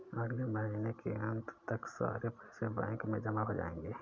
अगले महीने के अंत तक सारे पैसे बैंक में जमा हो जायेंगे